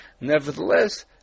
nevertheless